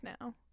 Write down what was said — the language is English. now